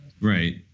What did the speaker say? Right